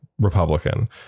republican